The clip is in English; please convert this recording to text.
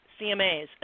CMAs